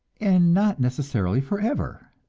and not necessarily forever.